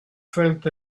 felt